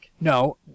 No